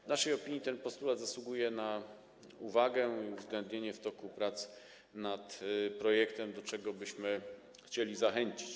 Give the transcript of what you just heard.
W naszej opinii ten postulat zasługuje na uwagę i uwzględnienie w toku prac nad projektem, do czego byśmy chcieli zachęcić.